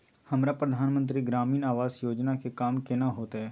हमरा प्रधानमंत्री ग्रामीण आवास योजना के काम केना होतय?